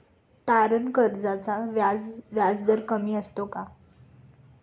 तारण कर्जाचा व्याजदर कमी असतो का?